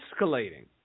escalating